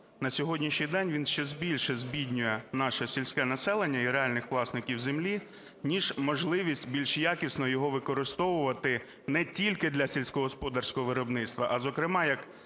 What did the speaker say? на сьогоднішній день, він ще більше збіднює наше сільське населення і реальних власників землі, ніж можливість більш якісно його використовувати не тільки для сільськогосподарського виробництва, а зокрема як